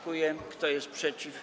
Kto jest przeciw?